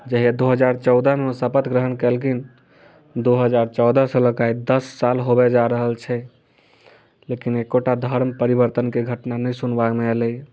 जहिया दू हजार चौदह मे ओ शपथ ग्रहण केलखिन दू हजार चौदह सँ लए कऽ आइ दस साल होबए जा रहल छै लेकिन एकोटा धर्म परिवर्तन के घटना नहि सुनबा मे अयलैया